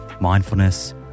mindfulness